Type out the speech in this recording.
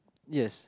yes